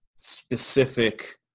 specific